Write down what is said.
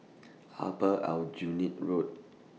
Upper Aljunied Road